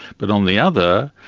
but on the other,